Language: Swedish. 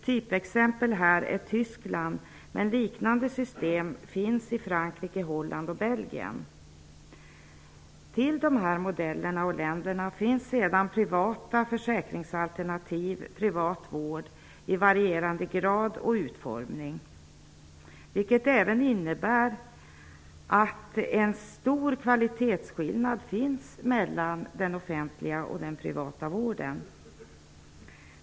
Typexempel här är Tyskland, men liknande system finns i Frankrike, Holland och Till de här modellerna och i de här länderna finns sedan privata försäkringsalternativ och privat vård i varierande grad och utformning, vilket även innebär att det finns en stor kvalitetsskillnad mellan den offentliga och den privata vården.